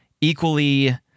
equally